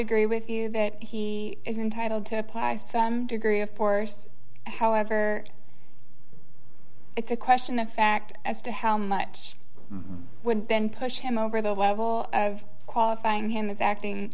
agree with you that he is entitled to apply some degree of force however it's a question of fact as to how much would ben pushed him over the level of qualifying him as acting